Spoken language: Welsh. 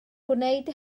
gwneud